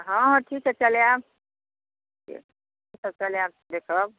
हँ अथी से चलायब अथी से चलायब देखब